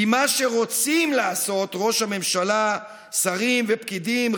היא מה שרוצים לעשות ראש הממשלה, שרים ופקידים.